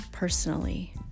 personally